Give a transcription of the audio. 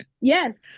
Yes